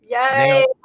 Yay